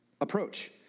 approach